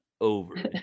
over